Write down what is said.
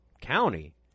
County